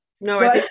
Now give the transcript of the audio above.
No